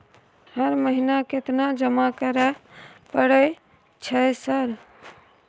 हर महीना केतना जमा करे परय छै सर?